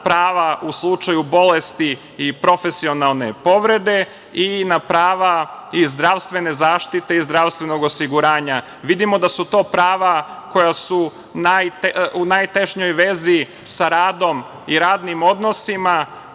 prava u slučaju bolesti i profesionalne povrede i na prava iz zdravstvene zaštite i zdravstvenog osiguranja. Vidimo da su to prava koja su u najtešnjoj vezi sa radom i radnim odnosima,